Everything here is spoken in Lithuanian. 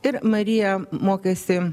ir marija mokėsi